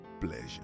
pleasure